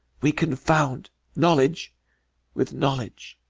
we confound knowledge with knowledge.